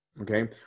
Okay